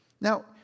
Now